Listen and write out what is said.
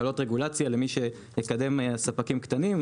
הקלות ברגולציה למי שיקדם ספקים קטנים,